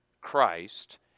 Christ